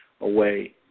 away